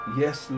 yes